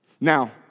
Now